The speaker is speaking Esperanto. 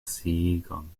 sciigon